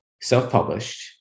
self-published